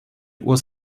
was